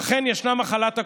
אכן, ישנה מחלת הקורונה,